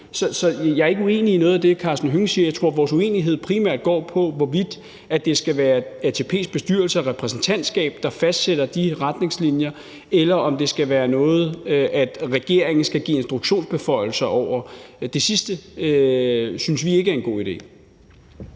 Så jeg er ikke uenig i noget af det, Karsten Hønge siger. Jeg tror, vores uenighed primært går på, hvorvidt det skal være ATP's bestyrelse og repræsentantskab, der fastsætter de retningslinjer, eller om det skal være noget, regeringen skal gives instruktionsbeføjelser over. Det sidste synes vi ikke er en god idé.